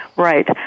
Right